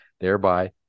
Thereby